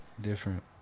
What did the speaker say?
Different